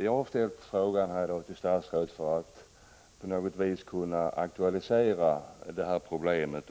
Jag har ställt frågan till statsrådet för att på något vis kunna aktualisera problemet.